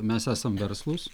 mes esam verslūs